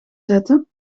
zetten